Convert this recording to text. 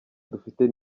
dufite